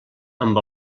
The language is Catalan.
amb